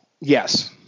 Yes